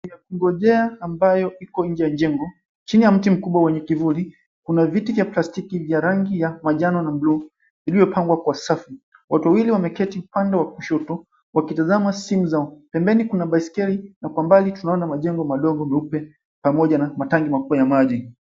...kungojea ambayo iko nje ya jengo. Chini ya mti mkubwa wenye kivuli, kuna viti vya plastiki vya rangi ya majano na blue , vilivyopangwa kwa safu. Watu wawili wameketii upande wa kushoto wakitazama simu zao. Pembeni kuna baiskeli na kwa mbali tunaona majengo madogo meupe pamoja na matangi makubwa ya maji.